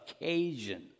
occasion